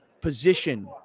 position